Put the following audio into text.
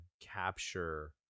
capture